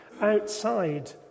outside